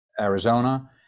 Arizona